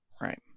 Right